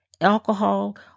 alcohol